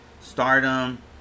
stardom